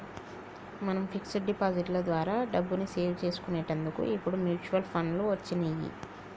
మనం fix deposit లో ద్వారా డబ్బుని సేవ్ చేసుకునేటందుకు ఇప్పుడు మ్యూచువల్ ఫండ్లు వచ్చినియ్యి